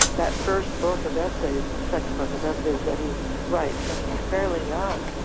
that first book of essays, or second book of essays that he writes when he's fairly young,